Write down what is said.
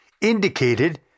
indicated